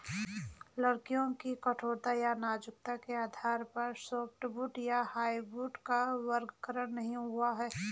लकड़ियों की कठोरता या नाजुकता के आधार पर सॉफ्टवुड या हार्डवुड का वर्गीकरण नहीं हुआ है